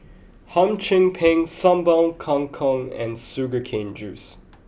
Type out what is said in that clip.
Hum Chim Peng Sambal Kangkong and Sugar Cane Juice